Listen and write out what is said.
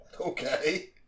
Okay